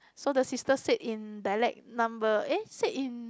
so the sister said in dialect number eh said in